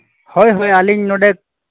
ᱦᱳᱭ ᱦᱳᱭ ᱟᱹᱞᱤᱧ ᱱᱚᱰᱮ